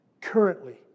currently